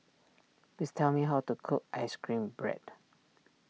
please tell me how to cook Ice Cream Bread